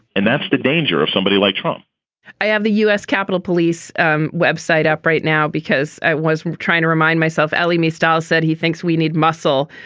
and that's the danger of somebody like trump i have the u s. capitol police and web site up right now because i was trying to remind myself ellie mae styles said he thinks we need muscle.